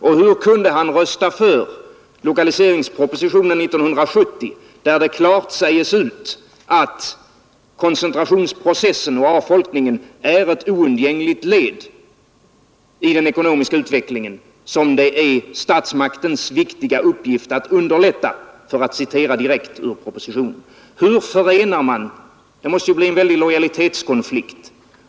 Och hur kunde han rösta för lokaliseringspropositionen 1970, där det klart sägs ut att koncentrationsprocessen och avfolkningen är oundgängliga led i den ekonomiska utvecklingen som det är statsmaktens viktiga uppgift att underlätta? Det måste bli en väldig lojalitetskonflikt.